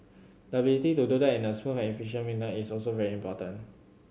the ability to do that in a smooth and efficient manner is also very important